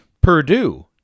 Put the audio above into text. Purdue